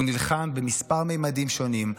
הוא נלחם בכמה ממדים שונים,